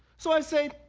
so i say,